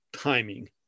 timing